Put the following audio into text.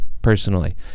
personally